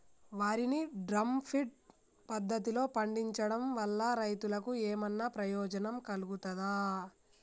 వరి ని drum feed పద్ధతిలో పండించడం వల్ల రైతులకు ఏమన్నా ప్రయోజనం కలుగుతదా?